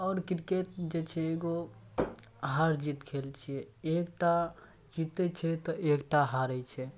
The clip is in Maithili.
आओर किरकेट जे छै एगो हार जीत खेल छिए एकटा जितै छै तऽ एकटा हारै छै